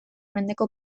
mendeko